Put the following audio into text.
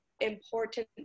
important